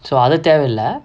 so அது தேவல்ல:athu thevalla